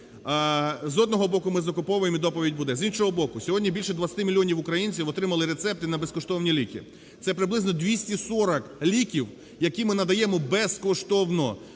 З одного боку ми закуповуємо і доповідь буде. З іншого боку, сьогодні більше 20 мільйонів українців отримали рецепти на безкоштовні ліки, це приблизно 240 ліків, які ми надаємо безкоштовно